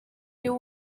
you